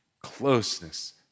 closeness